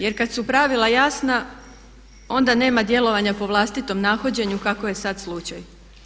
Jer kada su pravila jasna onda nema djelovanja po vlastitom nahođenju kako je sada slučaj.